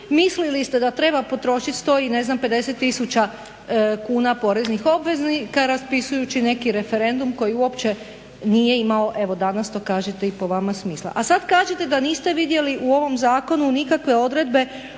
mislili ste da treba potrošiti 100 i ne znam 50000 kuna poreznih obveznika raspisujući neki referendum koji uopće nije imao evo danas to kažete i po vama smisla. A sad kažete da niste vidjeli u ovom zakonu nikakve odredbe